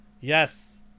Yes